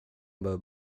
behöver